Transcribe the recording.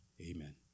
Amen